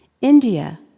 India